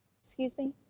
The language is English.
excuse me?